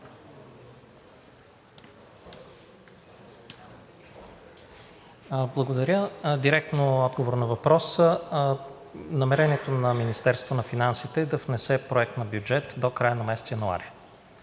Благодаря. Директен отговор на въпроса – намерението на Министерството на финансите е да внесе проект на бюджет до края на месец януари,